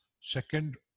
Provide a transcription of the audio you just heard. second